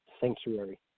Sanctuary